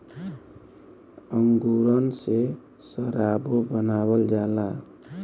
अंगूरन से सराबो बनावल जाला